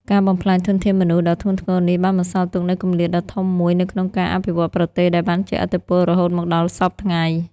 ការបំផ្លាញធនធានមនុស្សដ៏ធ្ងន់ធ្ងរនេះបានបន្សល់ទុកនូវគម្លាតដ៏ធំមួយនៅក្នុងការអភិវឌ្ឍប្រទេស ដែលបានជះឥទ្ធិពលរហូតមកដល់សព្វថ្ងៃ។